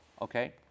Okay